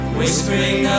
Whispering